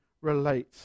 relate